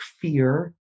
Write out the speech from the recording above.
fear